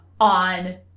on